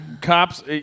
cops